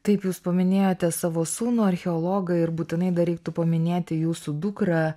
taip jūs paminėjote savo sūnų archeologą ir būtinai dar reiktų paminėti jūsų dukrą